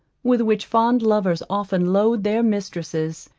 with which fond lovers often load their mistresses,